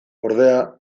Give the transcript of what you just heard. ordea